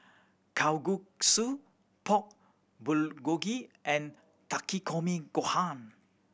Kalguksu Pork Bulgogi and Takikomi Gohan